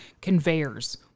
conveyors